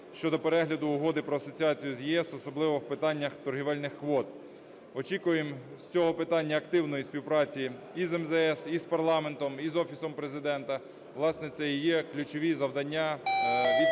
щодо перегляду Угоди про асоціацію з ЄС, особливо в питаннях торгівельних квот. Очікуємо з цього питання активної співпраці і з МЗС, і з парламентом, і з Офісом Президента. Власне, це і є ключові завдання